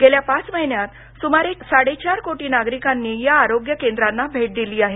गेल्या पाच महिन्यात सुमारे साडे चार कोटी नागरिकांनी या आरोग्य केंद्रांना भेट दिली आहे